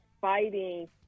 fighting